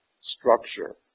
structure